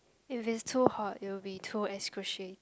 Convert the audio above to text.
if is too hot you will be too excruciate